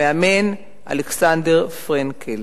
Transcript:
המאמן אלכסנדר פרנקל,